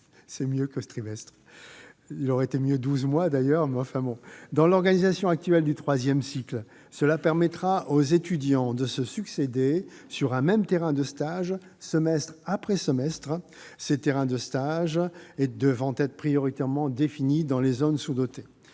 semestre- douze mois auraient été encore mieux. Tout à fait ! Dans l'organisation actuelle du troisième cycle, cela permettra aux étudiants de se succéder sur un même terrain de stage semestre après semestre, ces terrains de stage devant être prioritairement définis dans les zones sous-dotées.